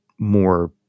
More